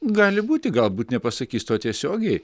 gali būti galbūt nepasakys to tiesiogiai